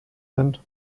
sind